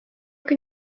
can